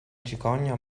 cicogna